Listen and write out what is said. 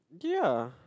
ya